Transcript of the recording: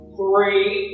three